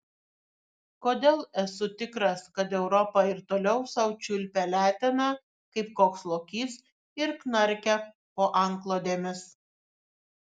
kodėl esu tikras kad europa ir toliau sau čiulpia leteną kaip koks lokys ir knarkia po antklodėmis